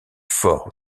fort